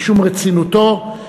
משום רצינותו,